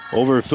over